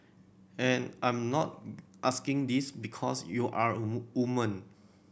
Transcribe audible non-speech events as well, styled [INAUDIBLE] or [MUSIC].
and I'm not asking this because you're a [UNINTELLIGIBLE] woman